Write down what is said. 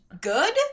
good